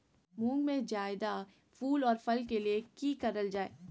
मुंग में जायदा फूल और फल के लिए की करल जाय?